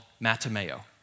Matameo